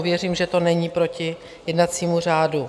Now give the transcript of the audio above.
Věřím, že to není proti jednacímu řádu.